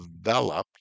developed